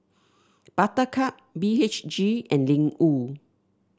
Buttercup B H G and Ling Wu